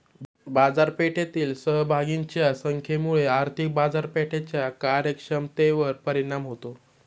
बाजारपेठेतील सहभागींच्या संख्येमुळे आर्थिक बाजारपेठेच्या कार्यक्षमतेवर परिणाम होतो